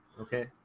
Okay